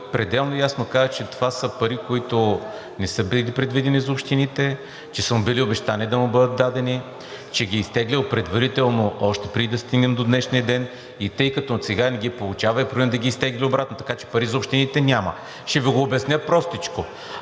пределно ясно каза, че това са пари, които не са били предвидени за общините, че са му били обещани – да му бъдат дадени, че ги е изтеглил предварително, още преди да стигнем до днешния ден, и тъй като сега не ги получава, е принуден да ги изтегли обратно, така че пари за общините няма. (Реплика от народния